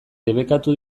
debekatu